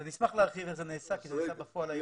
אני אשמח להרחיב איך זה נעשה כי זה נעשה בפועל היום.